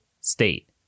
state